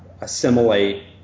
assimilate